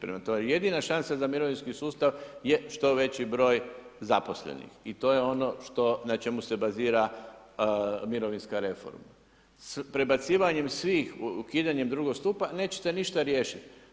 Prema tome, jedina šansa za mirovinski sustav je što veći broj zaposlenih i to je ono na čemu se bazira mirovinska reforma, prebacivanjem svih, ukidanjem drugog stupa neće ništa riješiti.